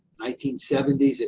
nineteen seventy s,